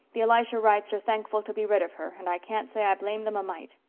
the elisha wrights are thankful to be rid of her, and i can't say i blame them a mite.